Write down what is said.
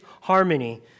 harmony